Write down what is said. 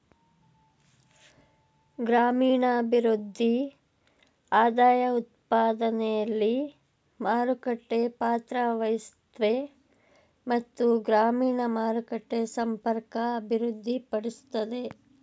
ಗ್ರಾಮೀಣಭಿವೃದ್ಧಿ ಆದಾಯಉತ್ಪಾದನೆಲಿ ಮಾರುಕಟ್ಟೆ ಪಾತ್ರವಹಿಸುತ್ವೆ ಮತ್ತು ಗ್ರಾಮೀಣ ಮಾರುಕಟ್ಟೆ ಸಂಪರ್ಕ ಅಭಿವೃದ್ಧಿಪಡಿಸ್ತದೆ